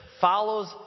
follows